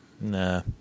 Nah